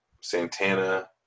Santana